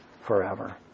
forever